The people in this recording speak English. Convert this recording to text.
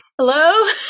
hello